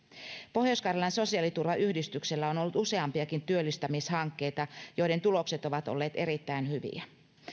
pohjois karjalan sosiaaliturvayhdistyksellä on ollut useampiakin työllistämishankkeita joiden tulokset ovat olleet erittäin hyviä